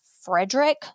frederick